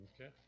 Okay